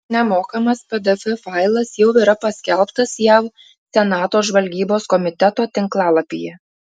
nemokamas pdf failas jau yra paskelbtas jav senato žvalgybos komiteto tinklalapyje